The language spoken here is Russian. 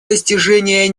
достижения